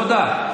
תודה.